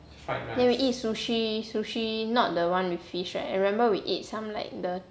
then we eat sushi sushi not the one with fish right I remember we eat some like the